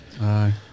Aye